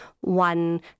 one